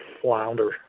flounder